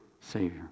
Savior